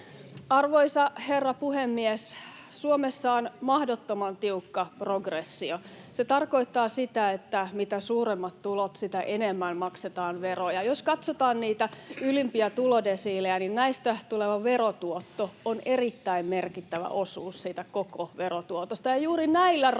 Arvoisa herra puhemies! Suomessa on mahdottoman tiukka progressio. Se tarkoittaa sitä, että mitä suuremmat tulot, sitä enemmän maksetaan veroja. Jos katsotaan niitä ylimpiä tulodesiilejä, niin näistä tuleva verotuotto on erittäin merkittävä osuus siitä koko verotuotosta, ja juuri näillä rahoilla